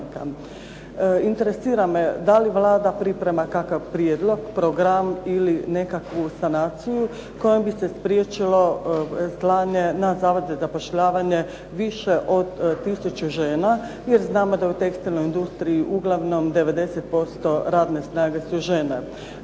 Interesira me da li Vlada priprema kakav prijedlog, program ili nekakvu sanaciju kojom bi se spriječilo na slanje na Zavod za zapošljavanje više od tisuću žena, jer znamo da u tekstilnoj industriji uglavnom 90% radne snage su žene?